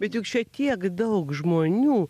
bet juk čia tiek daug žmonių